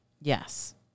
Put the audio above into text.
yes